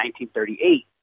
1938